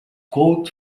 good